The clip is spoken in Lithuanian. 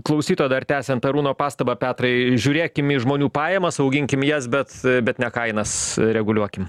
klausytojo dar tęsiant arūno pastabą petrai žiūrėkim į žmonių pajamas auginkim jas bet bet ne kainas reguliuokim